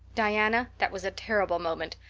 diana, that was a terrible moment.